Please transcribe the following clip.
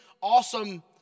awesome